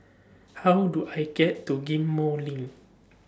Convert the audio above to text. How Do I get to Ghim Moh LINK